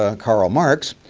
ah karl marx.